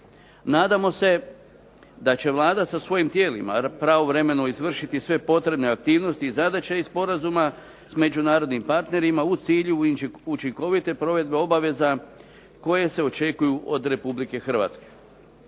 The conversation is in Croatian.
Nadamo se da će Vlada sa svojim tijelima pravovremeno izvršiti sve potrebne aktivnosti i zadaće iz sporazuma s međunarodnim partnerima u cilju učinkovite provedbe obaveza koje se očekuju od Republike Hrvatske.